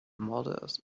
models